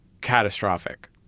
catastrophic